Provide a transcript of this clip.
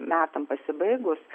metam pasibaigus